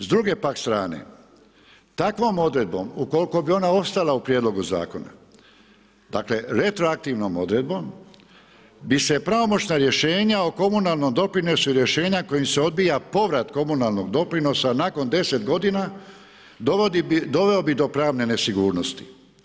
S druge pak strane takvom odredbom ukoliko bi ona ostala u prijedlogu zakona, dakle retroaktivnom odredbom bi se pravomoćna rješenja o komunalnom doprinosu i rješenja kojim se odbija povrat komunalnog doprinosa nakon 10 godina doveo bi do pravne nesigurnosti.